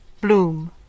Bloom